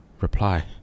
Reply